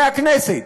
מהכנסת,